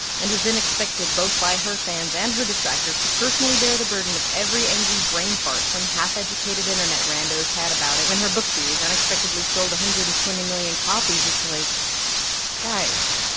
and was then expected both by her fans and her detractors to personally bear the burden of every angry brain fart some half-educated internet randos had about it when her book series unexpectedly sold one hundred and twenty million copies. it's like guys,